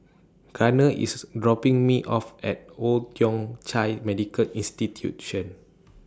Garner IS dropping Me off At Old Thong Chai Medical Institution